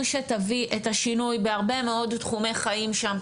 שתביא את השינוי בהרבה מאוד תחומי חיים שם,